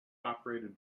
operated